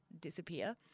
disappear